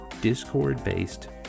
Discord-based